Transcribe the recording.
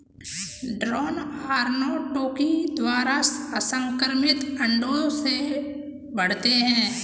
drone अर्नोटोकी द्वारा असंक्रमित अंडों से बढ़ते हैं